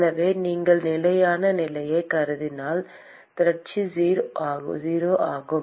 எனவே நீங்கள் நிலையான நிலையைக் கருதினால் திரட்சி 0 ஆகும்